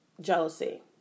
jealousy